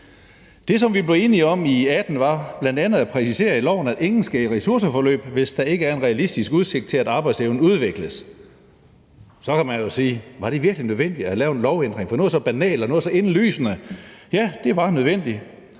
Det, som vi blev enige om i 2018, var bl.a. at præcisere i loven, at ingen skal i ressourceforløb, hvis der ikke er en realistisk udsigt til, at arbejdsevnen udvikles. Så kan man jo sige: Var det virkelig nødvendigt at lave en lovændring for noget så banalt og noget så indlysende? Ja, det var nødvendigt,